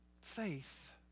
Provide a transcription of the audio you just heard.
faith